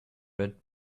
red